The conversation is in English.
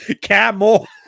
Camel